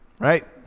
Right